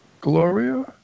Gloria